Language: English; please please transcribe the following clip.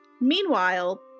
Meanwhile